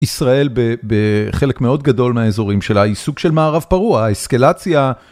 ישראל בחלק מאוד גדול מהאזורים שלה, היא סוג של מערב פרוע, האסקלציה.